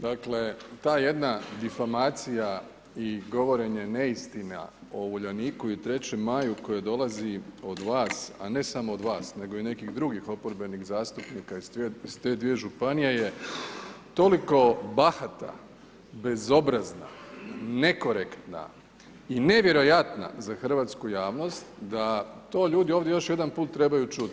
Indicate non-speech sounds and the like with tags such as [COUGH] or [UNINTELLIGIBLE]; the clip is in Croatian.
Dakle, ta jedna ... [UNINTELLIGIBLE] i govorenje neistina o Uljaniku i 3. maju koja dolazi od vas, a ne samo od vas, nego i nekih drugih oporbenih zastupnika iz te dvije županije je toliko bahata, bezobrazna, nekorektna i nevjerojatna za hrvatsku javnost da to ljudi ovdje još jedan put trebaju čuti.